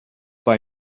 buy